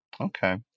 Okay